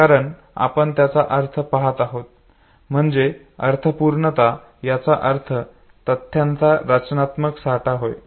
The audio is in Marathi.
कारण आपण त्याचा अर्थ पाहत आहोत म्हणजे अर्थपूर्णता याचा अर्थ तथ्यांचा रचनात्मक साठा होय